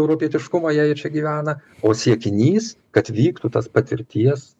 europietiškumą jei jie čia gyvena o siekinys kad vyktų tas patirties